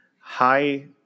high